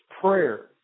prayer